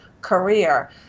career